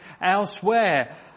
elsewhere